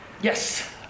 Yes